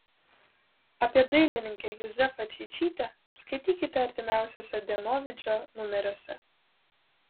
apie dailininkę juzefą čeičytę skaitykite artimiausiuose dienovidžio numeriuose